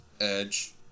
Edge